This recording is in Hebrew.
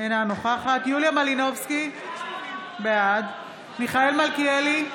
אינה נוכחת יוליה מלינובסקי, בעד מיכאל מלכיאלי,